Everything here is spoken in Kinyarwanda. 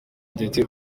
ndetse